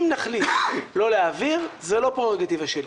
אם נחליט לא להעביר זו לא פררוגטיבה שלי.